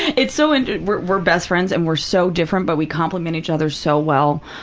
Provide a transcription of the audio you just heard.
it's so, and we're we're best friends, and we're so different, but we complement each other so well.